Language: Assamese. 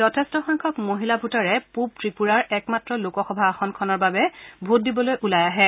যথেষ্ট সংখ্যক মহিলা ভোটাৰে পূব ত্ৰিপুৰাৰ একমাত্ৰ লোকসভা আসনখনৰ বাবে ভোট দিবলৈ ওলাই আহে